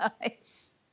Nice